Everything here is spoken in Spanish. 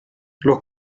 los